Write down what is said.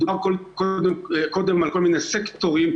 דובר קודם על כל מיני סקטורים,